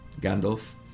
Gandalf